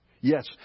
Yes